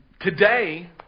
Today